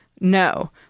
no